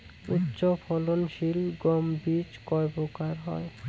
উচ্চ ফলন সিল গম বীজ কয় প্রকার হয়?